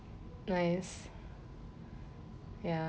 nice